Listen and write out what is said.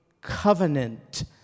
covenant